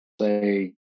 say